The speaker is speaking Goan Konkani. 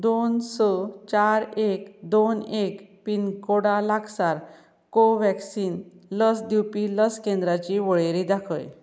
दोन स चार एक दोन एक पिनकोडा लागसार कोवॅक्सीन लस दिवपी लस केंद्रांची वळेरी दाखय